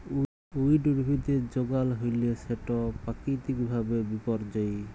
weed উদ্ভিদের যগাল হ্যইলে সেট পাকিতিক ভাবে বিপর্যয়ী